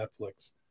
Netflix